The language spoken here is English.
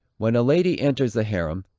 when a lady enters the harem,